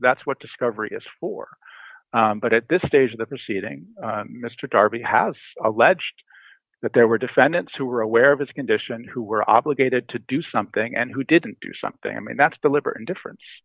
that's what discovery is for but at this stage of the proceeding mr darby has alleged that there were defendants who were aware of his condition who were obligated to do something and who didn't do something i mean that's deliberate indifference